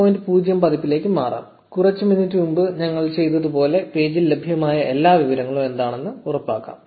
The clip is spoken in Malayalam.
0 പതിപ്പിലേക്ക് മാറാം കുറച്ച് മിനിറ്റ് മുമ്പ് ഞങ്ങൾ ചെയ്തതുപോലെ പേജിൽ ലഭ്യമായ എല്ലാ വിവരങ്ങളും എന്താണെന്ന് നോക്കാം